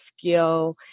skill